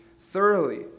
thoroughly